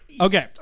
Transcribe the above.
Okay